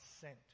sent